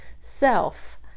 self